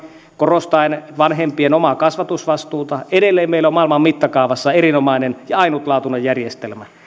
korostaen vanhempien omaa kasvatusvastuuta edelleen meillä on maailman mittakaavassa erinomainen ja ainutlaatuinen järjestelmä